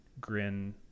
grin